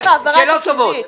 שאלות טובות.